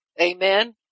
Amen